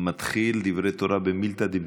מתחיל דברי תורה במילתא דבדיחותא.